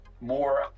more